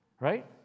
Right